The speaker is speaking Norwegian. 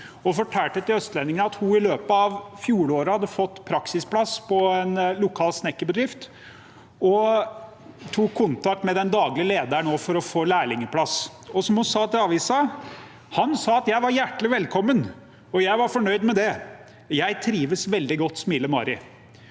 og fortalte til Østlendingen at hun i løpet av fjoråret hadde fått praksisplass på en lokal snekkerbedrift, og at hun nå hadde tatt kontakt med den daglige lederen for å få lærlingplass. Og som det sto i avisen: «Han sa at jeg var hjertelig velkommen og jeg var fornøyd med det. Jeg trivdes veldig godt, smiler Mari.»